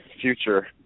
future